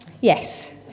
yes